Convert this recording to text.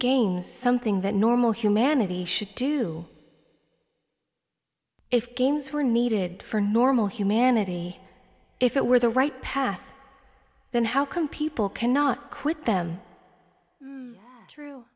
games something that normal humanity should do if games were needed for normal humanity if it were the right path then how come people cannot quit them